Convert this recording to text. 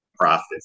profit